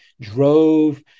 drove